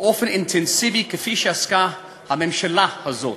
באופן אינטנסיבי כפי שעסקה הממשלה הזאת.